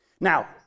Now